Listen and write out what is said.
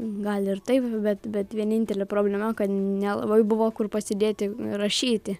gal ir taip bet bet vienintelė problema kad nelabai buvo kur pasidėti rašyti